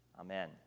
Amen